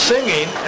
singing